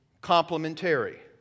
complementary